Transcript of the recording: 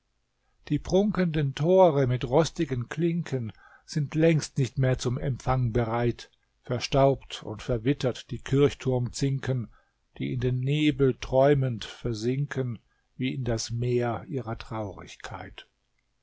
die prunkenden tore mit rostigen klinken sind längst nicht mehr zum empfang bereit verstaubt und verwittert die kirchturmzinken die in den nebel träumend versinken wie in das meer ihrer traurigkeit